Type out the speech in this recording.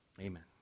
Amen